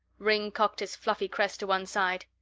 ringg cocked his fluffy crest to one side.